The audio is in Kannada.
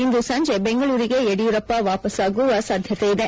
ಇಂದು ಸಂಜೆ ಬೆಂಗಳೂರಿಗೆ ಯಡಿಯೂರಪ್ಪ ವಾಪಾಸ್ ಆಗುವ ಸಾಧ್ಯತೆ ಇದೆ